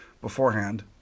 beforehand